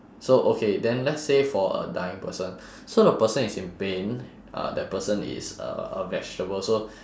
so okay then let's say for a dying person so the person is in pain uh that person is uh a vegetable so